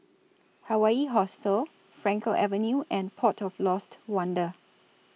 Hawaii Hostel Frankel Avenue and Port of Lost Wonder